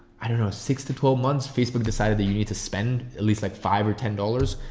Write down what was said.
i don't know, six to twelve months, facebook decided that you need to spend at least like five or ten dollars,